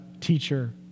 teacher